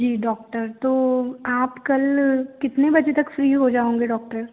जी doctor तो आप कल कितने बजे तक फ़्री हो जाओंगे डॉक्टर